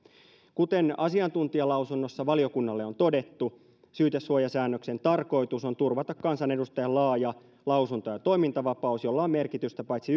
kuten asiantuntijalausunnossa valiokunnalle on todettu syytesuojasäännöksen tarkoitus on turvata kansanedustajan laaja lausunto ja toimintavapaus jolla on merkitystä paitsi